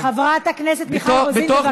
חברת הכנסת מיכל רוזין, בבקשה.